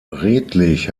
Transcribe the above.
redlich